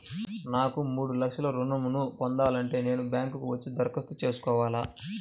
నాకు మూడు లక్షలు ఋణం ను పొందాలంటే నేను బ్యాంక్కి వచ్చి దరఖాస్తు చేసుకోవాలా?